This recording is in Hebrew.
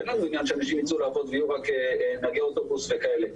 זה לא עניין שהם ייצאו לעבוד ויהיו רק נהגי אוטובוס וכאלה.